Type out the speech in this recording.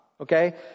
okay